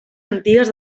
antigues